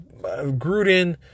Gruden